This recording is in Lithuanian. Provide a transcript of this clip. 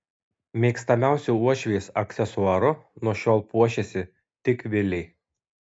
mėgstamiausiu uošvės aksesuaru nuo šiol puošiasi tik vilė